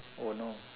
oh no